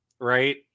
right